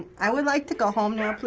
i would like to go home now,